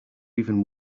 even